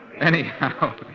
Anyhow